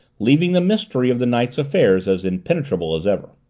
leaving the mystery of the night's affairs as impenetrable as ever.